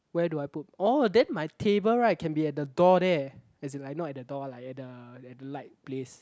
where do I put oh then my table right can be at the door there as in like not at the door lah at the light place